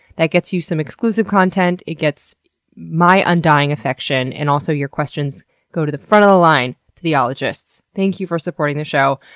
that gets you some exclusive content, it gets my undying affection, and also your questions go to the front of the line to the ologists. thank you for supporting the show!